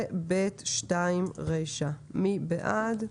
מי בעד?